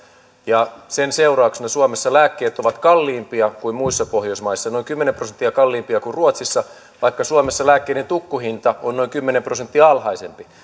ja sen seurauksena suomessa lääkkeet ovat kalliimpia kuin muissa pohjoismaissa noin kymmenen prosenttia kalliimpia kuin ruotsissa vaikka suomessa lääkkeiden tukkuhinta on noin kymmenen prosenttia alhaisempi